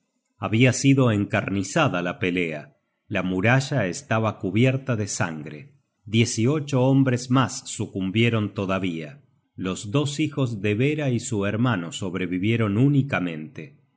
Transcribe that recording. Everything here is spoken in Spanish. habia sido encarnizada la pelea la muralla estaba cubierta de sangre diez y ocho hombres mas sucumbieron todavía los dos hijos de bera y su hermano sobrevivieron únicamente